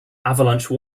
avalanche